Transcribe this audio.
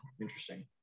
interesting